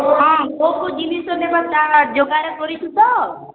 ହଁ କୋଉ କୋଉ ଜିନିଷ ନେବା ତା'ର ଯୋଗାଡ଼ କରିଛୁ ତ